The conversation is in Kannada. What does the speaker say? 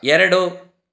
ಎರಡು